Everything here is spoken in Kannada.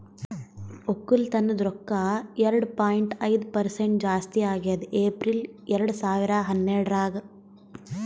ಒಕ್ಕಲತನದ್ ರೊಕ್ಕ ಎರಡು ಪಾಯಿಂಟ್ ಐದು ಪರಸೆಂಟ್ ಜಾಸ್ತಿ ಆಗ್ಯದ್ ಏಪ್ರಿಲ್ ಎರಡು ಸಾವಿರ ಹನ್ನೆರಡರಾಗ್